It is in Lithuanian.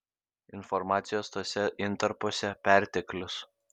informacijos tuose intarpuose perteklius